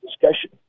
discussion